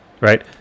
Right